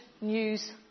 News